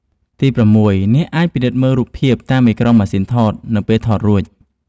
ទី6 អ្នកអាចពិនិត្យមើលរូបភាពតាមអេក្រង់ម៉ាស៊ីនថត នៅពេលថតរួច។